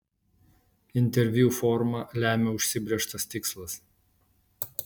interviu formą lemia užsibrėžtas tikslas